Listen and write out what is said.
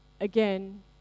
again